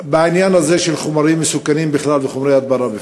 בעניין הזה של חומרים מסוכנים בכלל וחומרי הדברה בפרט?